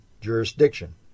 jurisdiction